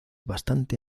bastante